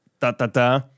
Da-da-da